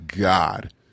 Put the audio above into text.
god